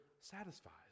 satisfies